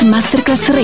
Masterclass